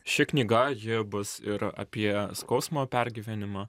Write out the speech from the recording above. ši knyga ji bus ir apie skausmo pergyvenimą